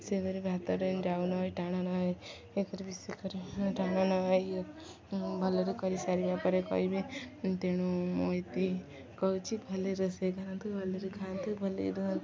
ସେହିପରି ଭାତରେ ଡାଉନ ଟାଣ ନ କରି ବଷ କରି ଟାଣ ନ ଏ ଭଲରେ କରିସାରିବା ପରେ କହିବେ ତେଣୁ ମୁଁ ଏତିିକି କହୁଛି ଭଲ ରୋଷେଇ କରନ୍ତୁ ଭଲରେ ଖାଆନ୍ତୁ ଭଲ ରୁହନ୍ତୁ